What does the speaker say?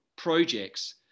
projects